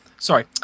Sorry